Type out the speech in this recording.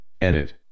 edit